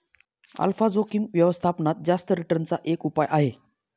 alpha जोखिम व्यवस्थापनात जास्त रिटर्न चा एक उपाय आहे